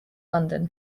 london